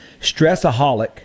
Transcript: Stressaholic